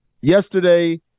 Yesterday